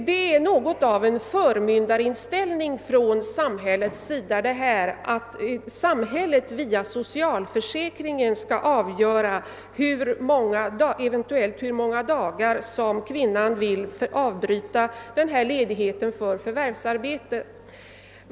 Det innebär något av en förmyndarinställning från samhällets sida, att samhället via socialförsäkringen borde avgöra hur många dagar kvinnan eventuellt skall avbryta ledigheten för förvärvsarbete.